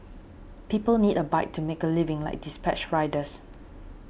people need a bike to make a living like dispatch riders